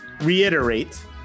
reiterate